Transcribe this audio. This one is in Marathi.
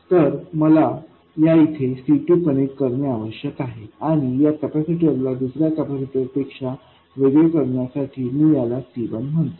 तर मला या इथेC2कनेक्ट करणे आवश्यक आहे आणि या कॅपेसिटरला दुसर्या कॅपेसिटरपेक्षा वेगळे करण्यासाठी मी यालाC1म्हणतो